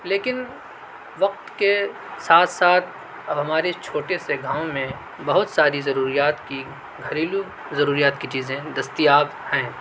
لیکن وقت کے ساتھ ساتھ اب ہمارے چھوٹے سے گاؤں میں بہت ساری ضروریات کی گھریلو ضروریات کی چیزیں دستیاب ہیں